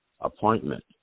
appointment